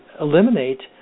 eliminate